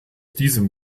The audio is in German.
diesem